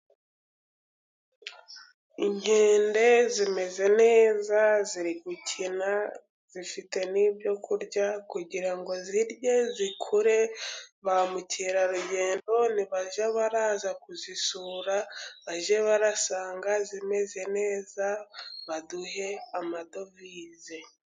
Inkende zimeze neza, ziri gukina, zifite byo n'ibyo kurya kugira ngo zirye zikure, ba mukerarugendo ni bajya baraza kuzisura, bajye barasanga zimeze neza baduhe amadovize.